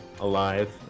alive